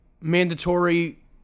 mandatory